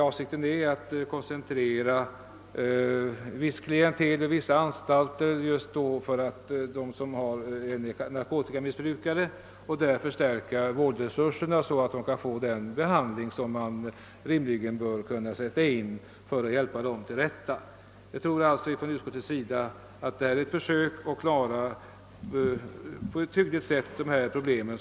Avsikten är att koncentrera narkotikamissbrukare till vissa anstalter och där förstärka vårdresurserna, så att patienterna kan få den behandling som rimligen bör kunna sättas in för att hjälpa dem till rätta. Det är alltså ett försök att på ett tillfredställande sätt klara problemen.